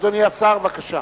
אדוני השר, בבקשה.